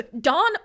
Don